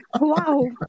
wow